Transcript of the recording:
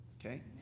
Okay